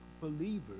believers